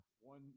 one